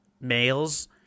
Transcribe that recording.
males –